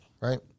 right